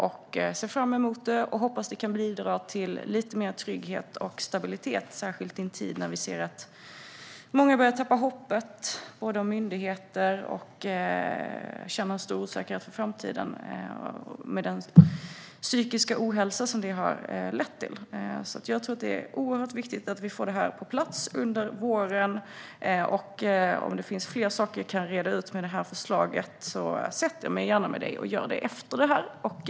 Jag ser fram emot förändringen, och jag hoppas att den kan bidra till lite mer trygghet och stabilitet, särskilt i en tid när vi ser att många börjar tappa hoppet om myndigheterna och känner stor osäkerhet inför framtiden, med den psykiska ohälsa som det har lett till. Det är oerhört viktigt att få förslaget på plats under våren. Om det finns fler saker som kan redas ut med förslaget sätter jag mig gärna och gör det efteråt.